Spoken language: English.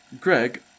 Greg